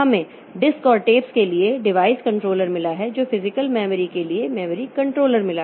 हमें डिस्क और टेप्स के लिए डिवाइस कंट्रोलर मिला है हमें फिजिकल मेमोरी के लिए मेमोरी कंट्रोलर मिला है